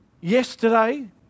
yesterday